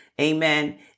Amen